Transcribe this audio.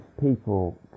people